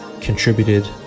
contributed